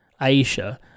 Aisha